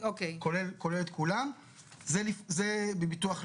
כולל את כולם - זה בביטוח לאומי.